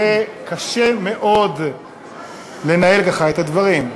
קשה מאוד לנהל ככה את הדברים.